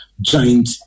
giant